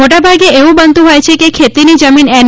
મોટાભાગે એવું બનતું હોય છે કે ખેતીની જમીન એન